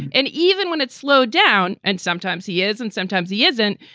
and even when it slow down and sometimes he is and sometimes he isn't.